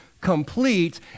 complete